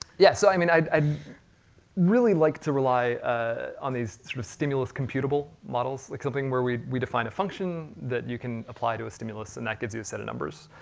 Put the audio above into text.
yeah, so i mean, i really like to rely ah on these sort of stimulus computable models, like something where we we define a function that you can apply to a stimulus, and that gives you a set of numbers,